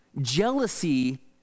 jealousy